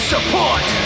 Support